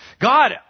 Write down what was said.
God